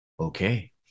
Okay